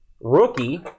Rookie